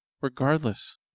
Regardless